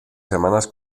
semanas